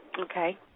Okay